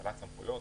האצלת סמכויות,